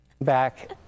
Back